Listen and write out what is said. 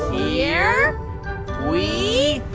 here we